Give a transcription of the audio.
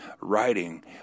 writing